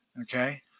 Okay